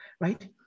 right